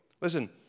Listen